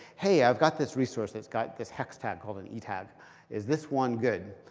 hey i've got this resource. it's got this hex tag called an etag. is this one good?